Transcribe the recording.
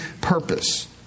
purpose